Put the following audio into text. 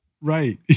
Right